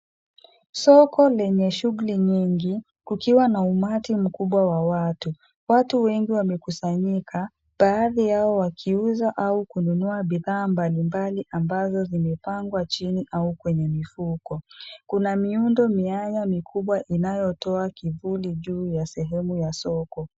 Soko lenye shughuli nyingi ,kukiwa na umati mkubwa wa watu. Watu wengi wamekusanyika , baadhi yao wakiuza au kununua bidhaa mbali mbali ambazo zimepangwa chini au kwenye mifuko. Kuna miundo mianya mikubwa inayotoa kivuli juu ya sehemu ya soko.